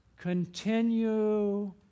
continue